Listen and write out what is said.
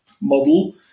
model